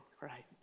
Right